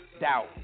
doubt